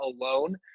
alone